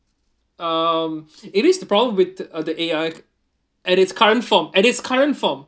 um it is the problem with the A_I at its current form at its current form